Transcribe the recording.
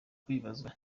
kwibazwa